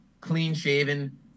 clean-shaven